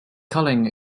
culling